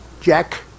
Jack